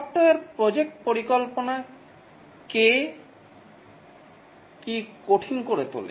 software project পরিকল্পনাকে কি কঠিন করে তোলে